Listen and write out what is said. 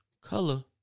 color